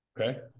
Okay